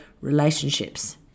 relationships